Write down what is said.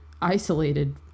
isolated